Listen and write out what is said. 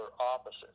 opposites